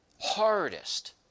hardest